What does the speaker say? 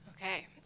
Okay